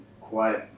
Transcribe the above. quiet